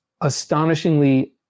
astonishingly